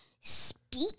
speak